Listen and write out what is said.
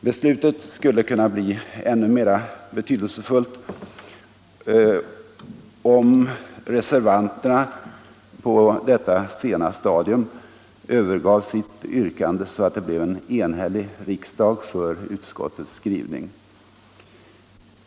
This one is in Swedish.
Beslutet skulle kunna bli ännu mera betydelsefullt, om reservanterna på detta sena stadium övergav sitt yrkande så att det blev en enhällig riksdag för utskottets skrivning.